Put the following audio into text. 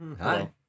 Hi